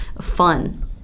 fun